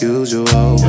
usual